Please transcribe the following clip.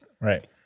Right